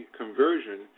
conversion